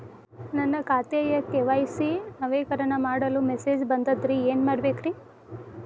ನನ್ನ ಖಾತೆಯ ಕೆ.ವೈ.ಸಿ ನವೇಕರಣ ಮಾಡಲು ಮೆಸೇಜ್ ಬಂದದ್ರಿ ಏನ್ ಮಾಡ್ಬೇಕ್ರಿ?